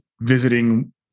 visiting